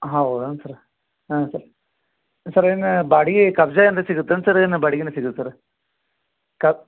ಹೌದೇನು ಸರ್ ಹಾಂ sir sir ನಾ ಬಾಡಿಗೆ ಕಬ್ಜಾ ಏನ್ರೆ ಸಿಗುತ್ತೇನು ಸರ್ ಏನು ಬಾಡಿಗೆಯೇ ಸಿಗುತ್ತಾ ಸರ್ ಕಾಬ